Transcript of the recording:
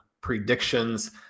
predictions